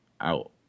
out